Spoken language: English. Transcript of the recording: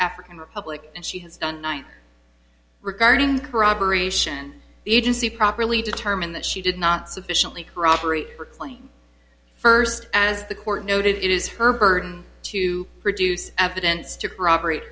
frican republic and she has done regarding corroboration the agency properly determined that she did not sufficiently corroboree first as the court noted it is her burden to produce evidence to corroborate